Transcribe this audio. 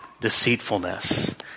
deceitfulness